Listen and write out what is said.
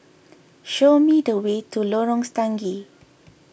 show me the way to Lorong Stangee